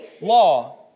law